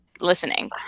listening